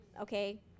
Okay